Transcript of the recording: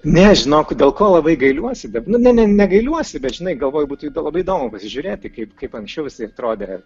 ne žinok dėl ko labai gailiuosi dab ne ne ne gailiuosi bet žinai galvoju būtų labai įdomu pasižiūrėti kaip kaip anksčiau visa tai atrodė